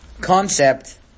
concept